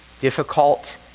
difficult